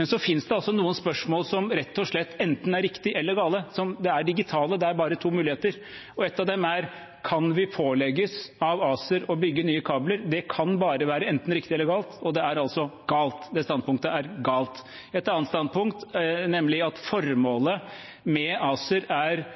Men så finnes det noen spørsmål der svaret rett og slett er enten riktig eller galt. De er digitale. Det er bare to muligheter. Ett av dem er: Kan vi pålegges av ACER å bygge nye kabler? Det kan enten bare være riktig eller galt, og det er altså galt. Det standpunktet er galt. Et annet standpunkt er at formålet med ACER er